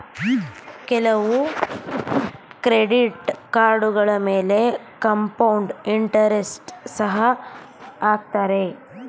ಕೆಲವು ಕ್ರೆಡಿಟ್ ಕಾರ್ಡುಗಳ ಮೇಲೆ ಕಾಂಪೌಂಡ್ ಇಂಟರೆಸ್ಟ್ ಸಹ ಹಾಕತ್ತರೆ